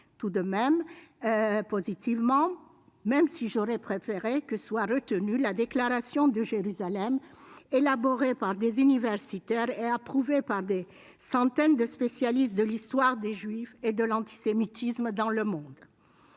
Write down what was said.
de résolution, mais j'aurais préféré que soit retenue la déclaration de Jérusalem, élaborée par des universitaires et approuvée par des centaines de spécialistes de l'histoire des juifs et de l'antisémitisme dans le monde.